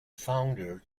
founder